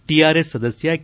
TRS ಸದಸ್ಯ K